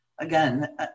Again